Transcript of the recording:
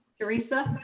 teresa.